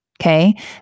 Okay